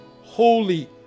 holy